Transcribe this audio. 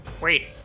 wait